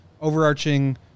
overarching